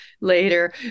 later